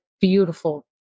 beautiful